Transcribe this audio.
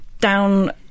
down